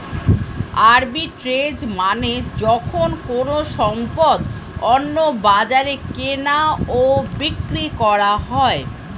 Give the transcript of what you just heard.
arbitrage মানে যখন কোনো সম্পদ অন্য বাজারে কেনা ও বিক্রি করা হয়